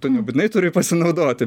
tu nebūtinai turi pasinaudoti